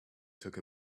took